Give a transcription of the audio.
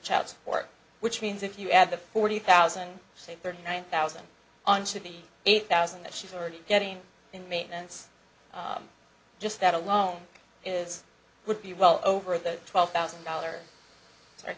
child support which means if you add the forty thousand say thirty nine thousand on to the eight thousand that she's already getting in maintenance just that alone is would be well over that twelve thousand dollars or